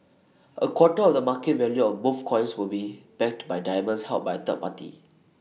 A quarter of the market value of both coins will be backed by diamonds held by third party